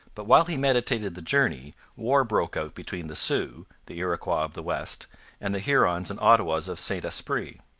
but while he meditated the journey war broke out between the sioux the iroquois of the west and the hurons and ottawas of st esprit.